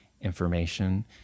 information